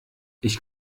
ich